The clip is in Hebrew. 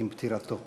עם פטירתו.